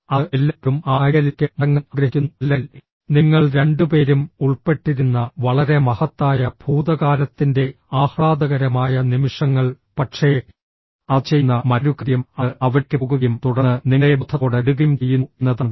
അത് എല്ലായ്പ്പോഴും ആ ഐഡിയലിലേക്ക് മടങ്ങാൻ ആഗ്രഹിക്കുന്നു അല്ലെങ്കിൽ നിങ്ങൾ രണ്ടുപേരും ഉൾപ്പെട്ടിരുന്ന വളരെ മഹത്തായ ഭൂതകാലത്തിന്റെ ആഹ്ലാദകരമായ നിമിഷങ്ങൾ പക്ഷേ അത് ചെയ്യുന്ന മറ്റൊരു കാര്യം അത് അവിടേക്ക് പോകുകയും തുടർന്ന് നിങ്ങളെ ബോധത്തോടെ വിടുകയും ചെയ്യുന്നു എന്നതാണ്